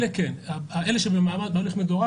אלה שהם במעמד הליך מדורג,